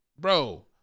bro